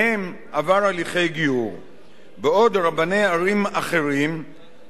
בעוד רבני ערים אחרים סבורים כי מבחינה הלכתית